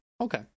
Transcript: Okay